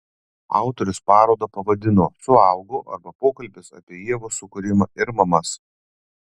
autorius parodą pavadino suaugo arba pokalbis apie ievos sukūrimą ir mamas